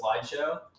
slideshow